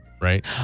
Right